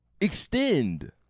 extend